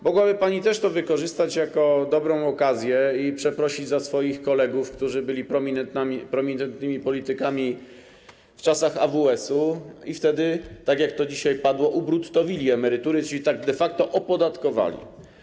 Mogłaby pani też wykorzystać to jako dobrą okazję i przeprosić za swoich kolegów, którzy byli prominentnymi politykami w czasach AWS-u i wtedy, tak jak to dzisiaj mówiono, ubruttowili emerytury, czyli tak de facto opodatkowali.